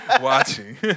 watching